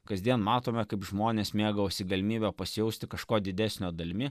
kasdien matome kaip žmonės mėgaujasi galimybe pasijausti kažko didesnio dalimi